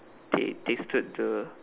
they tasted the